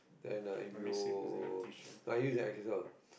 then uh if you use the